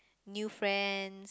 new friend